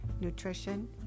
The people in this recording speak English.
nutrition